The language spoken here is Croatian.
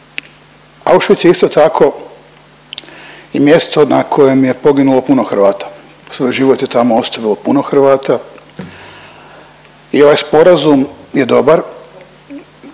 je isto tako i mjesto na kojem je poginulo puno Hrvata, svoj život je tamo ostavilo puno Hrvata i ovaj sporazum je dobar,